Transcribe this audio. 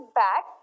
back